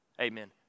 Amen